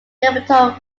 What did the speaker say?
capitol